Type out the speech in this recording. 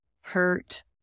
hurt